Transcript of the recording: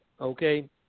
okay